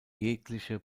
jegliche